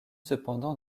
cependant